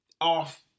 Off